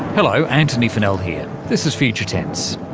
hello, antony funnell here, this is future tense.